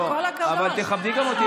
המעסיקים,